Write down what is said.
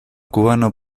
cubano